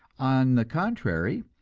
on the contrary,